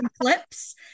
clips